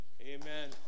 Amen